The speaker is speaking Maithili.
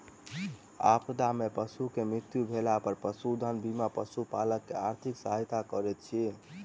आपदा में पशु के मृत्यु भेला पर पशुधन बीमा पशुपालक के आर्थिक सहायता करैत अछि